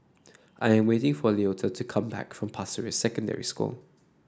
I am waiting for Leota to come back from Pasir Ris Secondary School